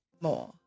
more